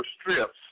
strips